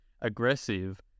aggressive